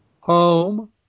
home